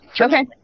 Okay